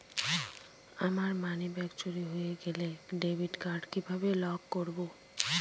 আমার মানিব্যাগ চুরি হয়ে গেলে ডেবিট কার্ড কিভাবে লক করব?